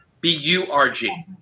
B-U-R-G